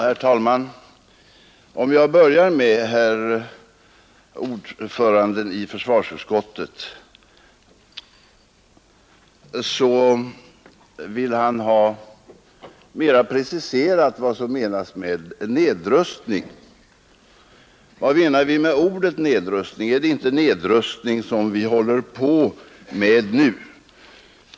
Herr talman! Jag börjar med vad herr ordföranden i försvarsutskottet sade. Han vill ha mera preciserat vad som menas med nedrustning. Vad menar vi med ordet nedrustning, är det inte nedrustning som vi håller på med nu?